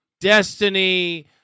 destiny